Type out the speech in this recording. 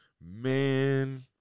man